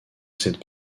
cette